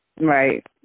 Right